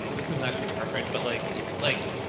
this isn't actually perfect, but like, yeah like,